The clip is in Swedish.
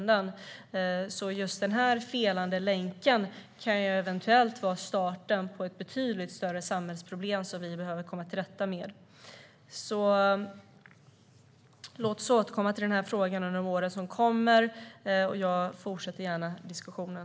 Denna felande länk kan eventuellt vara starten på ett betydligt större samhällsproblem som vi behöver kommer till rätta med. Låt oss återkomma till frågan framöver, och jag fortsätter gärna diskussionen.